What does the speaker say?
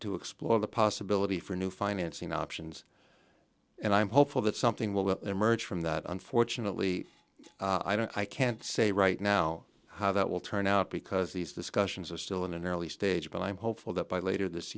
to explore the possibility for new financing options and i'm hopeful that something will emerge from that unfortunately i don't i can't say right now how that will turn out because these discussions are still in an early stage but i'm hopeful that by later this